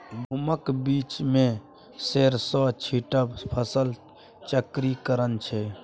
गहुमक बीचमे सरिसों छीटब फसल चक्रीकरण छै